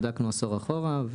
בדקנו עשור אחורה,